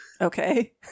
Okay